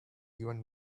even